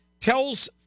tells